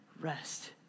Rest